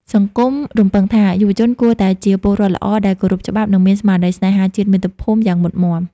សង្គមរំពឹងថា យុវជនគួរតែ "ជាពលរដ្ឋល្អដែលគោរពច្បាប់" និងមានស្មារតីស្នេហាជាតិមាតុភូមិយ៉ាងមុតមាំ។